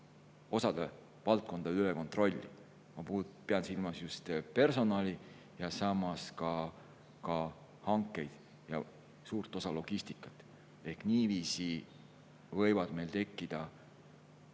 osa valdkondade üle kontrolli. Ma pean silmas just personali, samas ka hankeid ja suurt osa logistikast. Niiviisi võivad meil tekkida